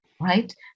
Right